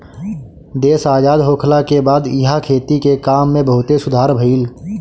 देश आजाद होखला के बाद इहा खेती के काम में बहुते सुधार भईल